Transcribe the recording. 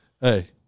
Hey